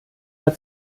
der